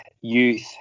youth